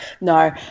no